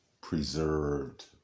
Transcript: preserved